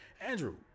andrew